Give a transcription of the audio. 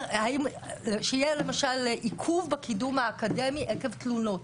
שיהיה למשל עיכוב בקידום האקדמי עקב תלונות,